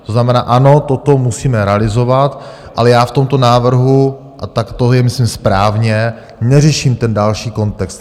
To znamená, ano, toto musíme realizovat, ale já v tomto návrhu, a tak to je myslím správně, neřeším ten další kontext.